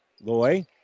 Loy